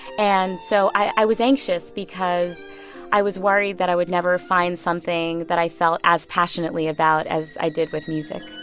and so i was anxious because i was worried that i would never find something that i felt as passionately about as i did with music